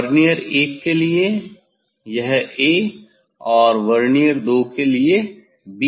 vernier 1 के लिए यह 'a' और वर्नियर 2 के लिए 'b' है